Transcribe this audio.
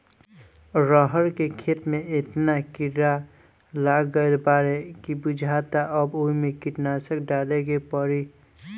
रहर के खेते में एतना कीड़ा लाग गईल बाडे की बुझाता अब ओइमे कीटनाशक डाले के पड़ी